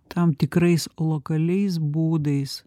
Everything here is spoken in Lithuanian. tam tikrais lokaliais būdais